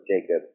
Jacob